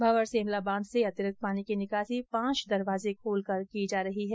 मंवर सेमला बांध से अतिरिक्त पानी की निकासी पांच दरवाजे खोलकर की जा रही है